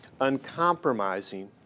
uncompromising